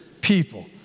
people